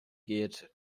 geht